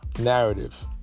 narrative